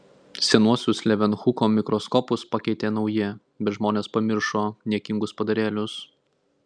senuosius levenhuko mikroskopus pakeitė nauji bet žmonės pamiršo niekingus padarėlius